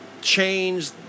change